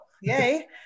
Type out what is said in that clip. yay